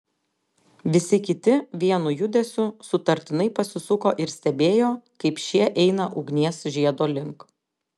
visi kiti vienu judesiu sutartinai pasisuko ir stebėjo kaip šie eina ugnies žiedo link